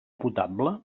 potable